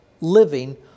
living